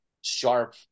sharp